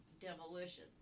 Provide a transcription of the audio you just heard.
demolition